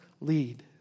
lead